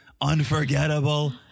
unforgettable